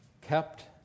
kept